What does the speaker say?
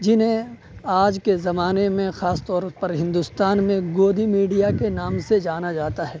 جنہیں آج کے زمانے میں خاص طور پر ہندوستان میں گودی میڈیا کے نام سے جانا جاتا ہے